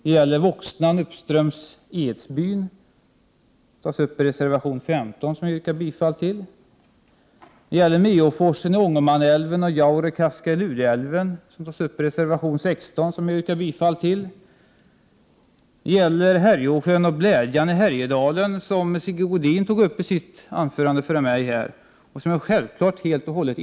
Jag yrkar bifall till reservation 15, som behandlar Voxnan uppströms Edsbyn, och till reservation 16 om Meåforsen i Ångermanälven och Jaurekaska i Luleälven. Sigge Godin tog i sitt anförande upp Härjeåsjön och Blädjan i Härjedalen, och jag instämmer självfallet helt och hållet i det han då sade.